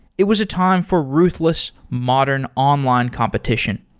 it was a time for ruthless modern online competition.